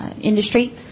industry